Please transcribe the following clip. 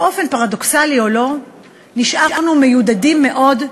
באופן פרדוקסלי או לא נשארנו מיודדים מאוד,